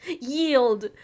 yield